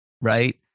right